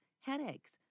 headaches